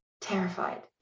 terrified